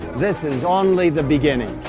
this is only the beginning.